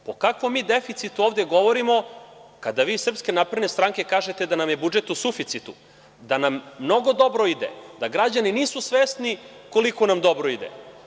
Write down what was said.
O kakvom mi deficitu ovde govorimo, kada vi iz SNS kažete da nam je budžet u suficitu, da nam mnogo dobro ide, da građani nisu svesni koliko nam dobro ide?